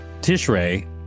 Tishrei